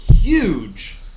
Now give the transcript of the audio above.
huge